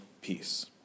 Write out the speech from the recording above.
peace